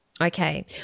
Okay